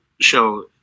Show